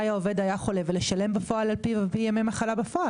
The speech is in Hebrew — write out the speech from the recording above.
העובד היה חולה ולשלם בפועל על פי ימי מחלה בפועל.